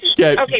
Okay